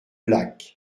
lac